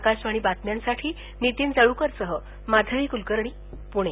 आकाशवाणी बातम्यांसाठी नितीन जळूकरसह माधवी कुलकर्णी पुणे